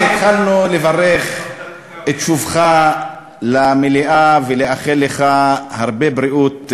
התחלנו לברך על שובך למליאה ולאחל לך הרבה בריאות,